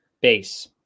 base